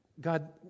God